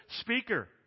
speaker